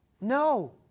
No